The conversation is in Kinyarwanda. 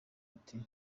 ati